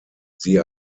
sie